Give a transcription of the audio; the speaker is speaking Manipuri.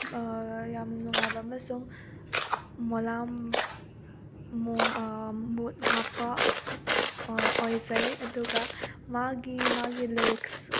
ꯌꯥꯝꯅ ꯅꯨꯡꯉꯥꯏꯕ ꯑꯃꯁꯨꯡ ꯃꯨꯠ ꯍꯥꯞꯄ ꯑꯣꯏꯖꯩ ꯑꯗꯨꯒ ꯃꯥꯒꯤ ꯃꯥꯒꯤ ꯂꯤꯔꯤꯛꯁ